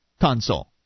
console